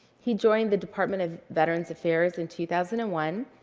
he joined the department of veterans affairs in two thousand and one,